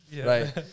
right